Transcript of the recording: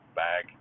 bag